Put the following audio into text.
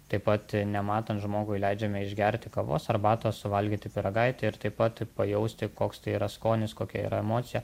taip pat nematant žmogui leidžiame išgerti kavos arbatos suvalgyti pyragaitį ir taip pat pajausti koks tai yra skonis kokia yra emocija